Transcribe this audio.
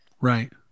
Right